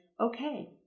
okay